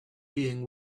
being